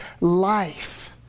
life